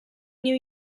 new